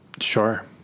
Sure